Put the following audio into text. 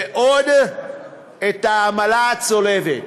ועוד העמלה הצולבת.